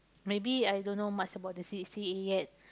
maybe I don't know much about the C_C_A yet